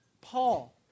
Paul